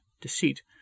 deceit